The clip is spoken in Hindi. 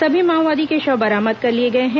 सभी माओवादियों के शव बरामद कर लिए गए हैं